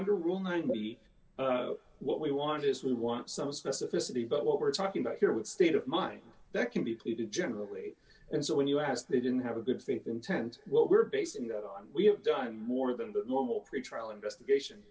under rule nine we what we want is we want some specificity about what we're talking about here with state of mind that can be treated generally and so when you ask they didn't have a good faith intent what we're basing that on we have done more than the mobile pretrial investigation